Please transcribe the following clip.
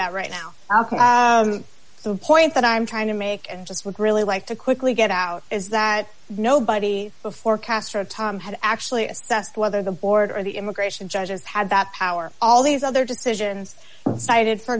that right now the point that i'm trying to make and just would really like to quickly get out is that nobody before castro tom had actually assessed whether the border the immigration judges had that power all these other decisions cited for